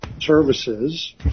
services